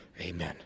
Amen